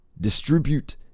distribute